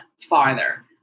farther